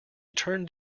turned